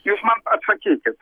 jūs man atsakykit